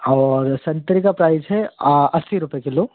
और संतरे का प्राइस है अस्सी रुपये किलो